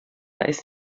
ist